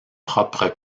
propres